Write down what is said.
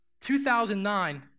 2009